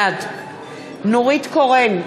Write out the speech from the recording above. בעד נורית קורן,